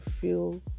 feel